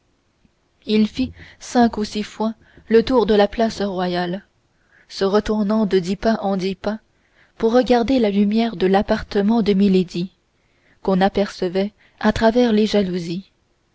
il fit cinq ou six fois le tour de la place royale se retournant de dix pas en dix pas pour regarder la lumière de l'appartement de milady qu'on apercevait à travers les jalousies